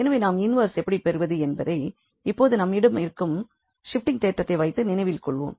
எனவே நாம் இன்வெர்ஸ் எப்படி பெறுவது என்பதை இப்போது நம்மிடம் இருக்கும் ஷிப்ட்டிங் தேற்றத்தை வைத்து நினைவில் கொள்வோம்